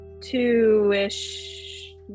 two-ish